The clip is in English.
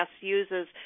uses